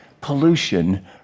pollution